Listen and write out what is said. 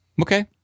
Okay